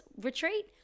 retreat